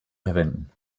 verwenden